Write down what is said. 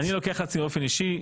אני לוקח על עצמי באופן אישי.